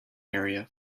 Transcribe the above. area